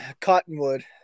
Cottonwood